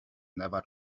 never